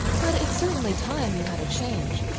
but it's certainly time you had a change.